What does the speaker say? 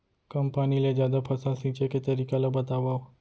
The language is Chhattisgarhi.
कम पानी ले जादा फसल सींचे के तरीका ला बतावव?